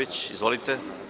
Izvolite.